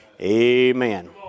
Amen